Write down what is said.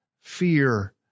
fear